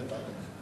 אדוני.